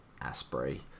Asprey